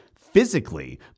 physically